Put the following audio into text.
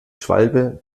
schwalbe